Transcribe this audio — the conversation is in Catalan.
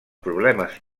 problemes